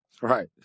Right